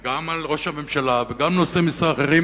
גם על ראש הממשלה וגם על נושאי משרה אחרים